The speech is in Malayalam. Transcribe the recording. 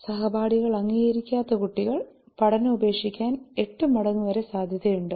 സഹപാഠികൾ അംഗീകരിക്കാത്ത കുട്ടികൾ പഠനം ഉപേക്ഷിക്കാൻ എട്ട് മടങ്ങ് വരെ സാധ്യതയുണ്ട്